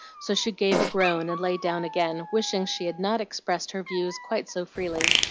so she gave a groan and lay down again, wishing she had not expressed her views quite so freely,